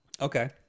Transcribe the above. Okay